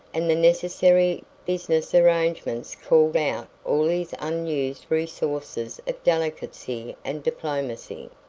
and the necessary business arrangements called out all his unused resources of delicacy and diplomacy.